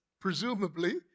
Presumably